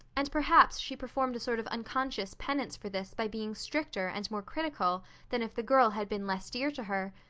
and perhaps she performed a sort of unconscious penance for this by being stricter and more critical than if the girl had been less dear to her.